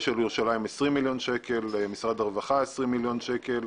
אשל ירושלים 20 מיליון שקלים ומשרד הרווחה 20 מיליון שקלים.